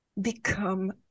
become